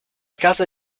casa